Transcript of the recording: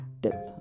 death